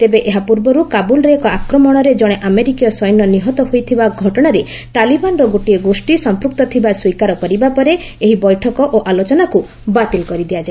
ତେବେ ଏହା ପୂର୍ବରୁ କାବୁଲ୍ରେ ଏକ ଆକ୍ରମଣରେ ଜଣେ ଆମେରିକୀୟ ସୈନ୍ୟ ନିହତ ହୋଇଥିବା ଘଟଣାରେ ତାଲିବାନର ଗୋଟିଏ ଗୋଷ୍ଠୀ ସମ୍ପୃକ୍ତ ଥିବା ସ୍ୱୀକାର କରିବା ପରେ ଏହି ବୈଠକ ଓ ଆଲୋଚନାକୁ ବାତିଲ୍ କରିଦିଆଯାଇଛି